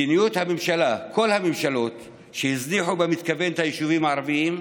מדיניות הממשלה: כל הממשלות שהזניחו במתכוון את היישובים הערביים,